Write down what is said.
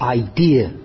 idea